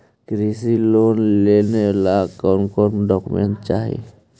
कृषि लोन लेने ला कोन कोन डोकोमेंट चाही?